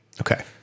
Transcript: Okay